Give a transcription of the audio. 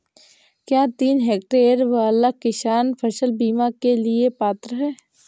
क्या तीन हेक्टेयर वाला किसान फसल बीमा के लिए पात्र हैं?